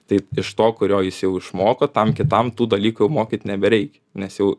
tai iš to kurio jis jau išmoko tam kitam tų dalykų jau mokyt nebereikia nes jau